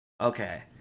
Okay